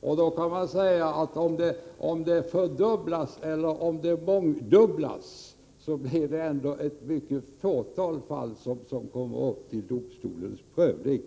Om detta antal fördubblas eller mångdubblas kommer ändå ett fåtal fall att komma upp till domstols prövning.